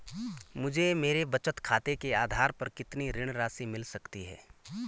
मुझे मेरे बचत खाते के आधार पर कितनी ऋण राशि मिल सकती है?